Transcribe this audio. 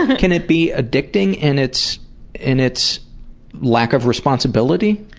ah can it be addicting in its in its lack of responsibility?